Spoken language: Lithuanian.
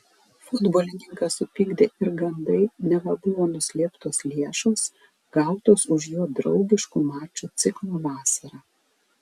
futbolininką supykdė ir gandai neva buvo nuslėptos lėšos gautos už jo draugiškų mačų ciklą vasarą